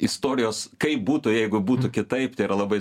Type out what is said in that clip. istorijos kaip būtų jeigu būtų kitaip tai yra labai